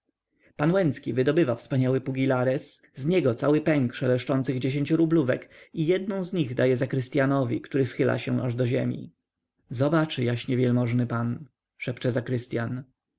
pan łęcki wydobywa wspaniały pugilares z niego cały pęk szeleszczących dziesięciorublówek i jednę z nich daje zakrystyanowi który schyla się do ziemi zobaczy jaśnie wielmożny pan szepce zakrystyan